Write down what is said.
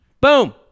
Boom